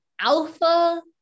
Alpha